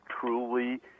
truly